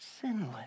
sinless